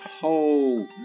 whole